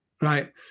right